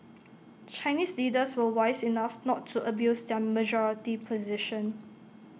Chinese leaders were wise enough not to abuse their majority position